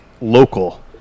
local